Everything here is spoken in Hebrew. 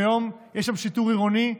היום יש שם שיטור עירוני,